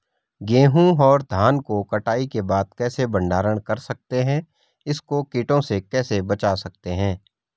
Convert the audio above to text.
गेहूँ और धान को कटाई के बाद कैसे भंडारण कर सकते हैं इसको कीटों से कैसे बचा सकते हैं?